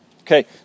Okay